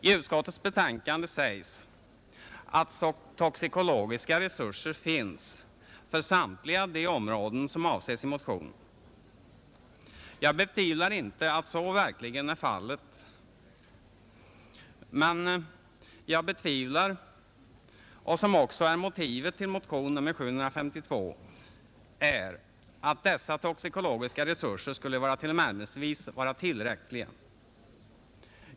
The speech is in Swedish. I utskottets betänkande sägs, att toxikologiska laboratorieresurser finns för samtliga de områden som avses i motionen. Jag betvivlar inte att så verkligen är fallet. Men vad jag betvivlar — vilket också är motivet till motion nr 752 — är att dessa toxikologiska resurser skulle tillnärmelsevis vara tillräckliga.